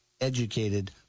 educated